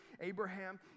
Abraham